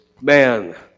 man